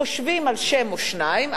חושבים על שם או שניים,